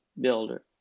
builder